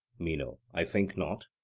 meno i think not.